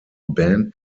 band